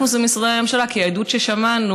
אנחנו זה משרדי הממשלה, כי העדות ששמענו,